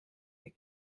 ihr